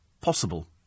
possible